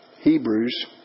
Hebrews